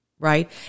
Right